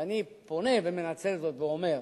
ואני פונה ומנצל זאת ואומר,